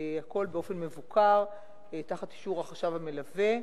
הכול באופן מבוקר, תחת אישור החשב המלווה,